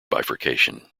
bifurcation